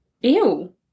Ew